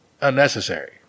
unnecessary